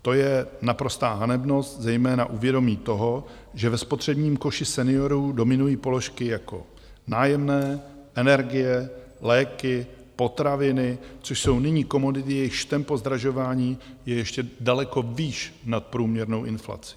To je naprostá hanebnost, zejména u vědomí toho, že ve spotřebním koši seniorů dominují položky jako nájemné, energie, léky, potraviny, což jsou nyní komodity, jejichž tempo zdražování je ještě daleko výš nad průměrnou inflací.